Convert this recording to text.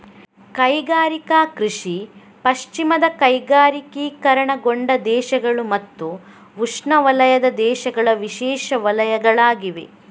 ಕೈಗಾರಿಕಾ ಕೃಷಿ ಪಶ್ಚಿಮದ ಕೈಗಾರಿಕೀಕರಣಗೊಂಡ ದೇಶಗಳು ಮತ್ತು ಉಷ್ಣವಲಯದ ದೇಶಗಳ ವಿಶೇಷ ವಲಯಗಳಾಗಿವೆ